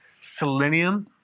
Selenium